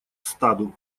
стаду